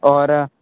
और